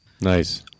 Nice